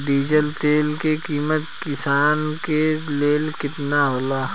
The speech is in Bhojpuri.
डीजल तेल के किमत किसान के लेल केतना होखे?